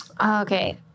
Okay